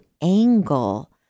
angle